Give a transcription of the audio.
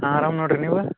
ನಾ ಆರಾಮ ನೋಡ್ರಿ ನೀವು